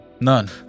None